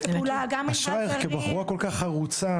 אשרייך כבחורה כל כך חרוצה,